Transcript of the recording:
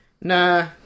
nah